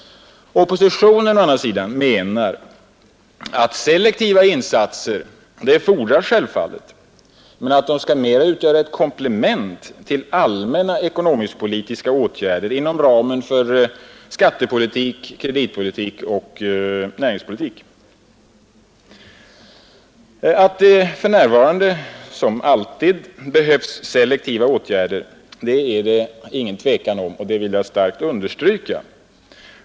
Oppositionen menar att selektiva insatser fordras men att de skall utgöra ett komplement till allmänna ekonomiskpolitiska åtgärder inom ramen för skattepolitik, kreditpolitik och näringspolitik. Att det nu som alltid behövs selektiva åtgärder är det inget tvivel om, och det vill jag starkt understryka.